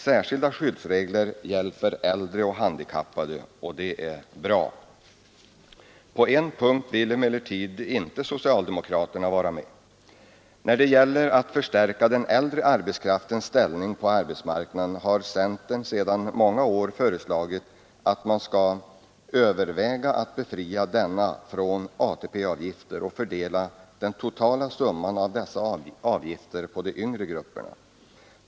Särskilda skyddsregler hjälper äldre och handikappade. Det är bra. På en punkt vill emellertid inte socialdemokraterna vara med. När det gäller att förstärka den äldre arbetskraftens ställning på arbetsmarknaden har centern sedan många år föreslagit att man skall överväga att befria denna arbetskraft från ATP-avgifter och fördela den totala summan av dessa avgifter på de yngre grupperna.